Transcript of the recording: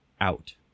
out